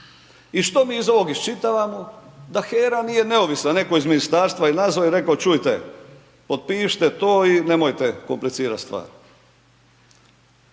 I što mi iz ovog iščitavamo? Da HERA nije neovisna netko iz ministarstva je nazvao i rekao, čujte, otpišite to i nemojte komplicirati stvar.